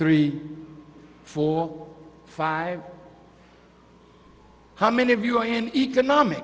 three four five how many of you are in economic